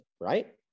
right